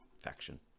faction